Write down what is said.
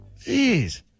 jeez